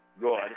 Good